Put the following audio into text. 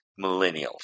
millennials